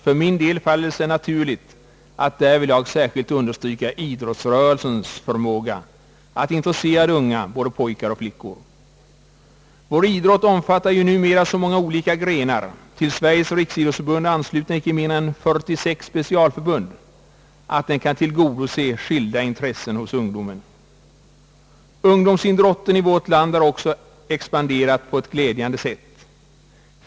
För min del faller det sig naturligt att därvidlag särskilt understryka idrottsrörelsens förmåga att intressera de unga, både pojkar och flickor. Vår idrott omfattar ju numera så många olika grenar — till Sveriges riksidrottsförbund är anslutna icke mindre än 46 specialförbund — att den kan tillgodose skilda intressen hos ungdomen. Ungdomsidrotten i vårt land har också expanderat på ett glädjande sätt.